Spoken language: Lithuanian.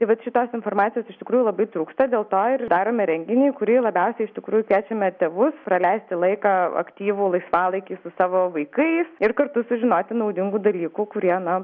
tai vat šitos informacijos iš tikrųjų labai trūksta dėl to ir darome renginį į kurį labiausiai iš tikrųjų kviečiame tėvus praleisti laiką aktyvų laisvalaikį su savo vaikais ir kartu sužinoti naudingų dalykų kurie na